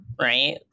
Right